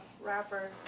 rapper